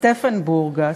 סטפן בורגס,